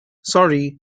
sorry